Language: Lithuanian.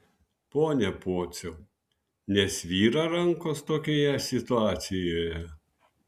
pone pociau nesvyra rankos tokioje situacijoje